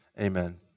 amen